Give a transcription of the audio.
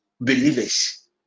believers